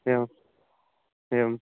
एवम् एवं